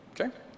Okay